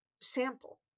sample